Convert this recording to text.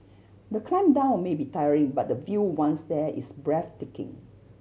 the climb down may be tiring but the view once there is breathtaking